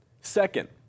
Second